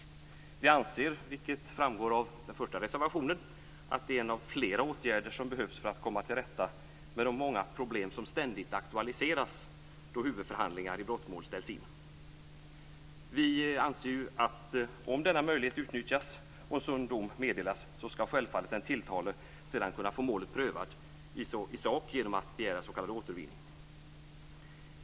Vi anser, vilket framgår av den första reservationen, att det är en av flera åtgärder som behövs för att komma till rätta med de många problem som ständigt aktualiseras då huvudförhandlingar i brottmål ställs in. Vi anser att om denna möjlighet utnyttjas och en sådan dom meddelas skall självfallet den tilltalade sedan kunna få målet prövat i sak genom att begära s.k. återvinning.